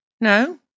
No